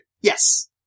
Yes